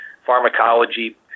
Pharmacology